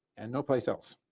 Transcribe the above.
and no place else.